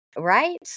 right